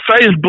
Facebook